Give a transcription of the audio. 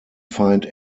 find